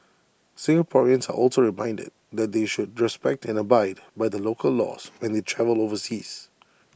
Singaporeans are also reminded that they should respect and abide by the local laws when they travel overseas